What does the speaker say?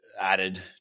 added